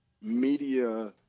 media